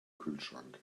kühlschrank